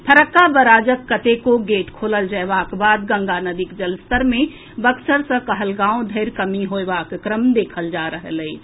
फरक्का बराजक कतेको गेट खोलल जएबाक बाद गंगा नदीक जलस्तर मे बक्सर सॅ कहलगांव धरि कमी होएबाक क्रम देखल जा रह अछि